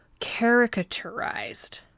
caricaturized